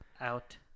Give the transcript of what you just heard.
Out